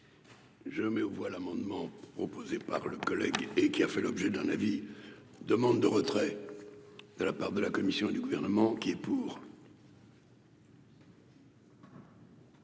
Je mets aux voix l'amendement proposé par le collègue et qui a fait l'objet d'un avis demande de retrait de la part de la Commission et du gouvernement qui est pour.